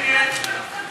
הכנסת (תיקון,